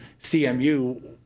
CMU